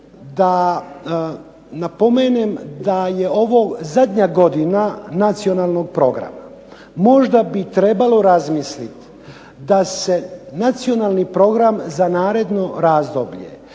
da napomenem da je ovo zadnja godina nacionalnog programa. Možda bi trebalo razmisliti da se nacionalni program za naredno razdoblje